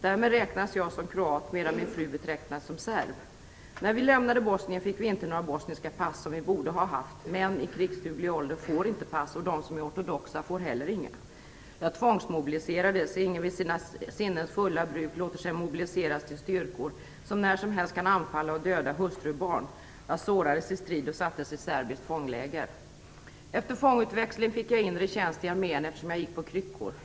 Därmed räknas jag som kroat, medan min fru betecknas som serb. När vi lämnade Bosnien fick vi inte några bosniska pass, som vi borde ha haft; män i krigsduglig ålder får inte pass, och de som är ortodoxa får heller inga. Jag tvångsmobiliserades. Ingen vid sina sinnens fulla bruk låter sig mobiliseras till styrkor som när som helst kan anfalla och döda hustru och barn. Jag sårades i strid och sattes i serbiskt fångläger. Efter fångutväxling fick jag inre tjänst i armén, eftersom jag gick på kryckor.